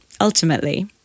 Ultimately